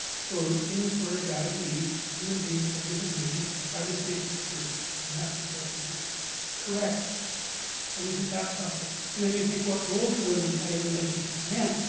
so in the story of adam and eve human beings are given vision by the snake and the fruit and that turns out be correct so isn't that something and then you think what role do women play in relationship to men,